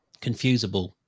confusable